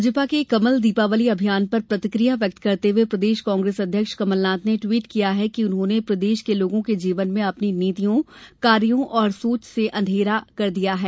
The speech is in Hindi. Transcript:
भाजपा के कमल दीपावली अभियान पर प्रतिकिया व्यक्त करते हुए प्रदेश कांग्रेस अध्यक्ष कमलनाथ ने दिवट किया है कि जिन्होंने प्रदेश के लोगों के जीवन में अपनी नितियों कार्यों और सोच से अंधेरा कर दिया है